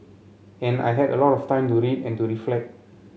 and I had a lot of time to read and to reflect